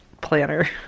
planner